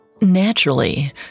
Naturally